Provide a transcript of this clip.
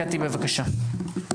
קטי, בבקשה.